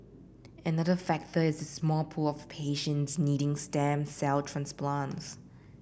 another factor is the small pool of patients needing stem cell transplants